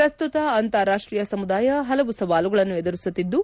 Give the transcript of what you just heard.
ಪ್ರಸ್ತುತ ಅಂತಾರಾಷ್ಟೀಯ ಸಮುದಾಯ ಪಲವು ಸವಾಲುಗಳನ್ನು ಎದುರಿಸುತ್ತಿದ್ದು